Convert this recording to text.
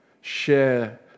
share